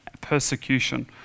persecution